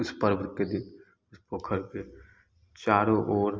उस पर्व के दिन उस पोखर पर चारों ओर